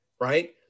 right